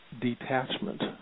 detachment